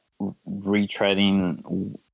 retreading